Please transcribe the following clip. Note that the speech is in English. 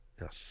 Yes